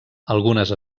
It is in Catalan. algunes